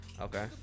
okay